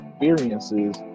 experiences